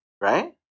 right